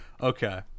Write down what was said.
Okay